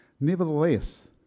Nevertheless